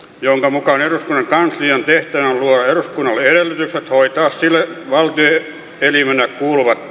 mukaan eduskunnan kanslian tehtävänä on luoda eduskunnalle edellytykset hoitaa sille valtioelimenä kuuluvat